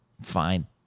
fine